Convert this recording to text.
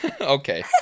Okay